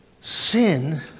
Sin